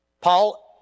Paul